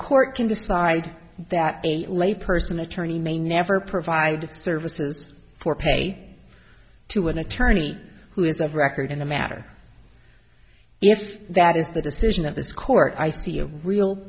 court can decide that a lay person attorney may never provide services for pay to an attorney who is of record in a matter if that is the decision of this court i see a real